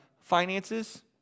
finances